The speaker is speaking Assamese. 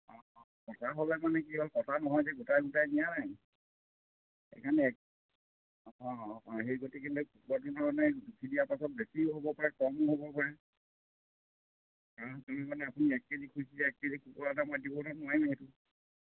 অঁ অঁ কটা হ'লে মানে কি হ'ল কটা নহয় যে গোটাই গোটাই নিয়ে নাই সেইকাৰণে এক অঁ অঁ সেই গতিকেলৈ কুকুৰটো ধৰণেণে উঠি দিয়া পাছত বেছিও হ'ব পাৰে কমো হ'ব পাৰে কাৰণ কি মানে আপুনি এক কে জি খুজিছে এক কে জি কুকুৰ এটা মই দিবলৈ নোৱাৰিম সেইটো